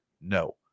No